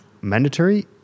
mandatory